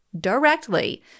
directly